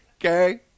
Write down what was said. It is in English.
okay